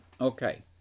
Okay